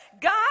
God